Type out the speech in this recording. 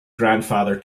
grandfather